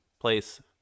place